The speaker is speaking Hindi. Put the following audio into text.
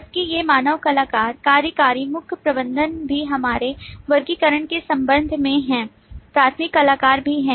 जबकि ये मानव कलाकार कार्यकारी मुख्य प्रबंधक भी हमारे वर्गीकरण के संदर्भ में हैं प्राथमिक कलाकार भी हैं